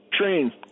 train